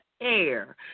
air